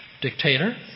dictator